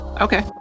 Okay